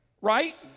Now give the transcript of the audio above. right